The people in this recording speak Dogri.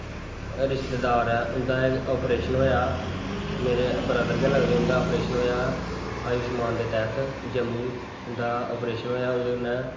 रिश्तेदार ऐ उंदा इक अपरेशन होया मेरे ब्र्दर गै लगदे उंदे अपरेशन होया अयुष्मान दे तैह्त उंदा अप्रेशन होया जम्मू ओह्दे कन्नै